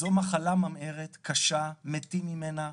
זו מחלה ממהרת קשה, מתים ממנה,